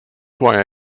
why